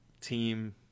team